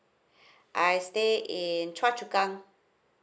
I stayed in choa chu kang